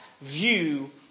view